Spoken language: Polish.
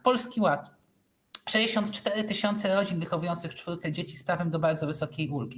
Polski Ład. 64 tys. rodzin wychowujących czwórkę dzieci z prawem do bardzo wysokiej ulgi.